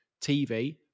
tv